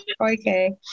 Okay